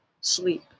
sleep